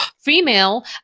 female